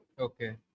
Okay